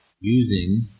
Using